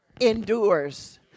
endures